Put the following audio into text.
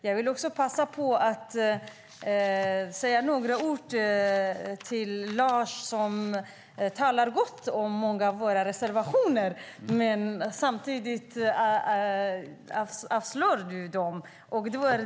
Jag vill också passa på att säga några ord till Lars som talar gott om många av våra reservationer. Samtidigt avstyrker du dem.